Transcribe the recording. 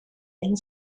and